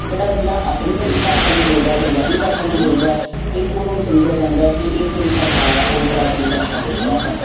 ਜਿਹੜਾ ਬੰਦਾ ਆਪਣੀ ਭਈ ਭਾਸ਼ਾ ਨੂੰ ਬੋਲਦਾ ਪੰਜਾਬੀ ਭਾਸ਼ਾ ਨੂੰ ਬੋਲਦਾ ਤੇ ਉਸ ਨੂੰ ਸਮਝਿਆ ਜਾਂਦਾ ਹੈ ਕਿ ਇਹ ਕਿਹੜੀ ਭਾਸ਼ਾ ਅਨਪੜ੍ਹਾਂ ਵਾਲੀ ਭਾਸ਼ਾ ਬੋਲ ਰਿਹਾ ਹੈ